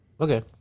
Okay